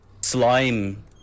slime